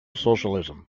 socialism